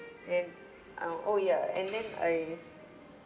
then I'll oh yeah and then I